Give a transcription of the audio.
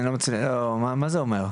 מה זה אומר?